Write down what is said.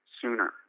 sooner